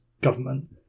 government